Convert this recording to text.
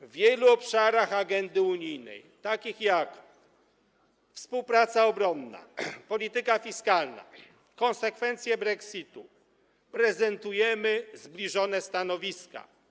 W wielu obszarach agendy unijnej, takich jak: współpraca obronna, polityka fiskalna, konsekwencje brexitu, prezentujemy zbliżone stanowiska.